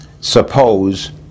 Suppose